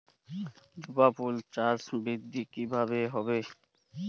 জবা ফুল চাষে বৃদ্ধি কিভাবে হবে?